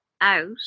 out